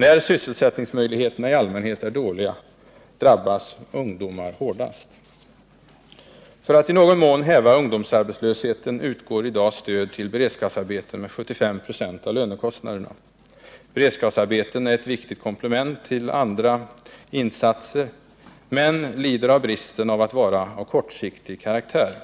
När sysselsättningsmöjligheterna i allmänhet är dåliga, drabbas ungdomar hårdast. För att i någon mån häva ungdomsarbetslösheten utgår i dag stöd till beredskapsarbeten med 75 96 av lönekostnaderna. Beredskapsarbeten är ett viktigt komplement till andra insatser, men lider av bristen av att vara av kortsiktig karaktär.